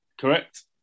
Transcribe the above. Correct